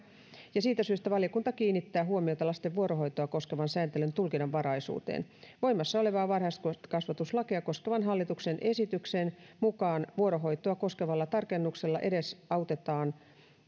ja siitä syystä valiokunta kiinnittää huomiota lasten vuorohoitoa koskevan sääntelyn tulkinnanvaraisuuteen voimassa olevaa varhaiskasvatuslakia koskevan hallituksen esityksen mukaan vuorohoitoa koskevalla tarkennuksella edesautetaan